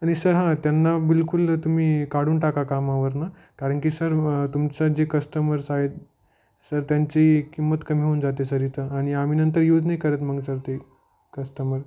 आणि सर हा त्यांना बिलकुल तुम्ही काढून टाका कामावरनं कारण की सर तुमचं जे कस्टमर्स आहेत सर त्यांची किंमत कमी होऊन जाते सर इथं आणि आम्ही नंतर यूज नाही करत मग सर ते कस्टमर